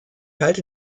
halte